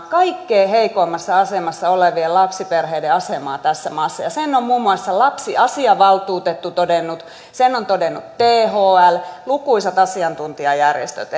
kaikkein heikoimmassa asemassa olevien lapsiperheiden asemaa tässä maassa sen on muun muassa lapsiasiavaltuutettu todennut sen ovat todenneet thl ja lukuisat asiantuntijajärjestöt